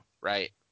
right